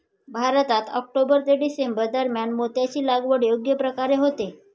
भारतात ऑक्टोबर ते डिसेंबर दरम्यान मोत्याची लागवड योग्य प्रकारे होते